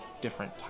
different